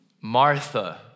Martha